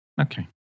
Okay